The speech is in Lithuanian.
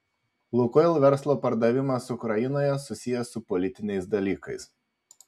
lukoil verslo pardavimas ukrainoje susijęs su politiniais dalykais